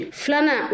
flana